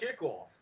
kickoff